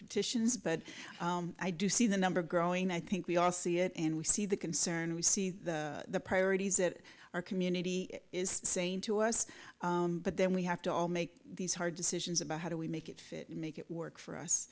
petitions but i do see the number growing i think we all see it and we see the concern we see the priorities that our community is saying to us but then we have to all make these hard decisions about how do we make it fit make it work for us